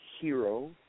hero